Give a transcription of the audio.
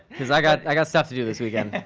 cause i got, i got stuff to do this weekend.